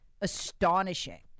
astonishing